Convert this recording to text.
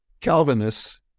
Calvinists